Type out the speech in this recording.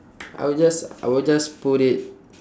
I will just I will just put it